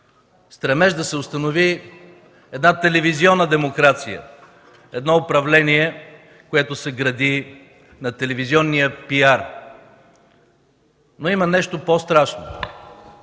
стремеж да се установи телевизионна демокрация, управление, което се гради на телевизионния PR! Но има нещо по-страшно!